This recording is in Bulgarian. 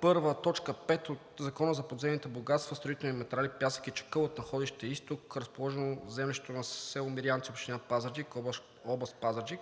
т. 5 от Закона за подземните богатства, строителни материали, пясък и чакъл от находище „Изток“, разположено в землището на село Мирянци, община Пазарджик, област Пазарджик.